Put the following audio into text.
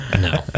No